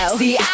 see